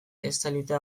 estalita